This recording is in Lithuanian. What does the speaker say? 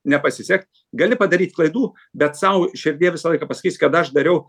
nepasisekt gali padaryt klaidų bet sau širdyje visą laiką pasakysi kad aš dariau